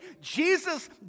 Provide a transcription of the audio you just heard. Jesus